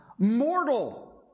Mortal